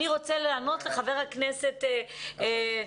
אני רוצה לענות לחבר הכנסת טייב.